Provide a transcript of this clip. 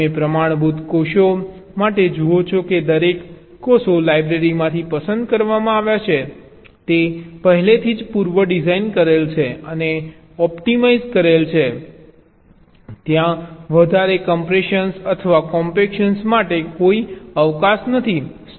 તમે પ્રમાણભૂત કોષો માટે જુઓ છો કે દરેક કોષો લાઇબ્રેરીમાંથી પસંદ કરવામાં આવ્યા છે તે પહેલેથી જ પૂર્વ ડિઝાઇન કરેલ છે અને ઑપ્ટિમાઇઝ કરેલ છે ત્યાં વધારે કમ્પ્રેશન અથવા કોમ્પેક્શન માટે કોઈ અવકાશ નથી